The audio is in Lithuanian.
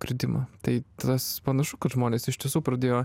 kritimą tai tas panašu kad žmonės iš tiesų pradėjo